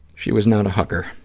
she was not a hugger.